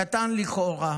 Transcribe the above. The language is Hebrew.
חוק קטן, לכאורה,